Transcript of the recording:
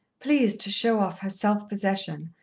pleased to show off her self-possession,